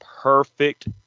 perfect